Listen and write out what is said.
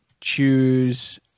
choose